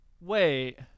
Wait